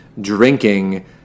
drinking